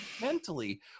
mentally